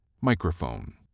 Microphone